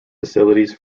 facilities